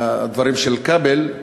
לדברים של כבל,